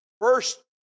first